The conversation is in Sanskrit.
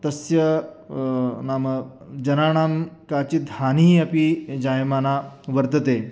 तस्य नाम जनानां काचिद् हानिः अपि जायमाना वर्तते